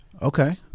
Okay